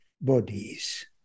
bodies